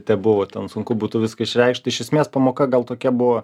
tebuvo ten sunku būtų viską išreikšt iš esmės pamoka gal tokia buvo